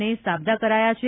ને સાબદા કરાયાં છે